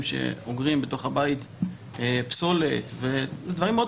שאוגרים בתוך הבית פסולת ודברים אחרים.